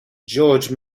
george